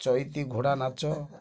ଚୈଇତି ଘୋଡ଼ା ନାଚ